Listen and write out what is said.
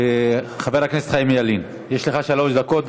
חבר הכנסת חיים ילין, יש לך שלוש דקות.